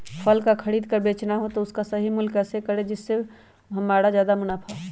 फल का खरीद का बेचना हो तो उसका सही मूल्य कैसे पता करें जिससे हमारा ज्याद मुनाफा हो?